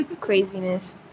craziness